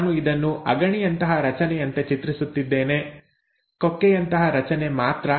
ನಾನು ಇದನ್ನು ಅಗಣಿಯಂತಹ ರಚನೆಯಂತೆ ಚಿತ್ರಿಸುತ್ತಿದ್ದೇನೆ ಕೊಕ್ಕೆಯಂತಹ ರಚನೆ ಮಾತ್ರ